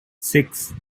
six